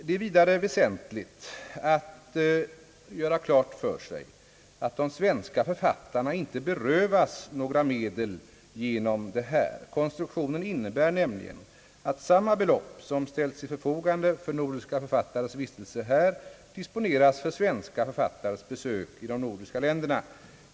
Det är vidare väsentligt att man gör klart för sig att de svenska författarna inte berövas några medel genom denna anordning. Konstruktionen innebär nämligen att samma belopp som ställs till förfogande för nordiska författares vistelse i Sverige disponeras för svenska författares besök i de andra nordiska länderna.